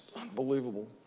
unbelievable